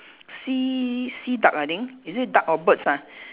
sea sea duck I think is it duck or birds ah